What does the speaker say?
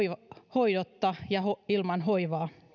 hoidotta ilman hoivaa